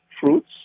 fruits